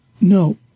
No